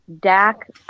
Dak